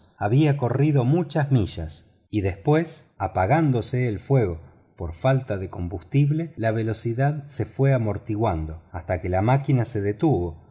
había corrido muchas millas y después apagándose el fuego por falta de combustible la velocidad se fue amortiguando hasta que la máquina se detuvo